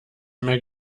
mehr